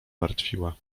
martwiła